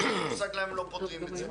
רק אין לי מושג למה לא פותרים את זה.